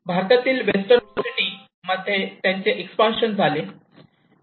भारतातील western port city मध्ये त्यांचे एक्सपान्शन झाले आहे